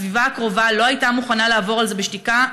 הסביבה הקרובה לא הייתה מוכנה לעבור על זה בשתיקה,